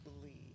believe